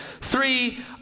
Three